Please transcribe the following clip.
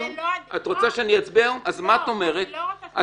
לא, אני לא רוצה שתצביע היום.